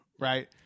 right